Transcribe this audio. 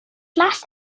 last